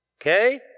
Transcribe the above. Okay